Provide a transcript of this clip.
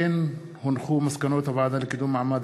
בנושא: אי-יישום תוכנית להקמת מעונות